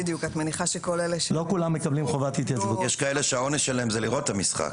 יש כאלה שהעונש שלהם זה לראות את המשחק.